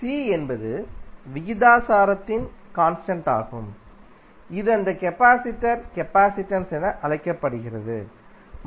C என்பது விகிதாசாரத்தின் constant ஆகும் இது அந்த கெபாசிடரின் கெபாசிடன்ஸ் என அழைக்கப்படுகிறது மற்றும்